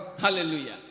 Hallelujah